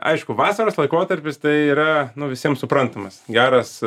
aišku vasaros laikotarpis tai yra nu visiems suprantamas geras